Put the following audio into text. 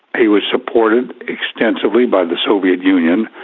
he was supported extensively by the soviet union.